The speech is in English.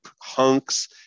Hunks